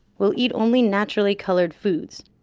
we'll eat only naturally colored foods.